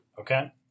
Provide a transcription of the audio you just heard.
Okay